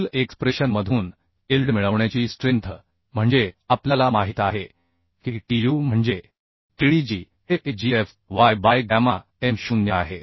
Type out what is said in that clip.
पुढील एक्सप्रेशन मधून इल्ड मिळवण्याची स्ट्रेंथ म्हणजे आपल्याला माहित आहे की Tu म्हणजे Tdg हेAgFy बाय गॅमा m 0 आहे